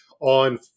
on